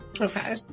Okay